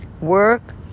work